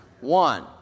One